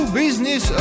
business